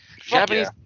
Japanese